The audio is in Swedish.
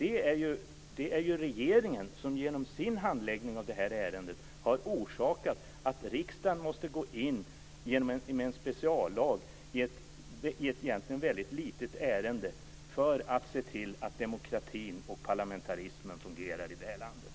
Det är ju regeringen som genom sin handläggning av det här ärendet har orsakat att riksdagen måste gå in med en speciallag i ett egentligen väldigt litet ärende för att se till att demokratin och parlamentarismen fungerar i det här landet.